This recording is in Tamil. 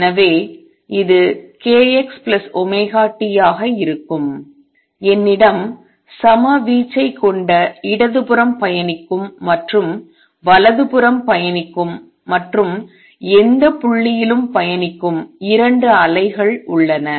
எனவே இது kxωt ஆக இருக்கும் என்னிடம் சம வீச்சை கொண்ட இடதுபுறம் பயணிக்கும் மற்றும் வலதுபுறம் பயணிக்கும் மற்றும் எந்த புள்ளியிலும் பயணிக்கும் 2 அலைகள் உள்ளன